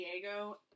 Diego